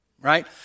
right